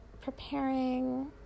preparing